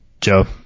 Joe